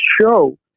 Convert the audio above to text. show